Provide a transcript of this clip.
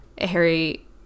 harry